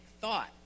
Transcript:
thought